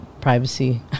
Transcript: privacy